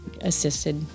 assisted